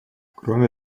кроме